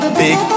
big